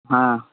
हाँ